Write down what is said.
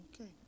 Okay